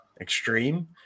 extreme